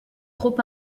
trop